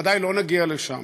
ודאי לא נגיע לשם.